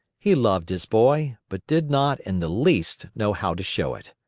he loved his boy, but did not in the least know how to show it.